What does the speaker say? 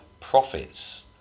profits